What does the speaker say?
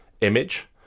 image